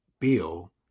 bill